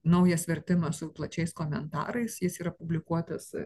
naujas vertimas su plačiais komentarais jis yra publikuotas